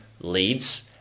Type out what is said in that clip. leads